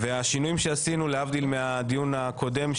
להבדיל מהדיון הקודם,